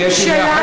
אני אשיב לך,